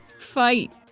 fight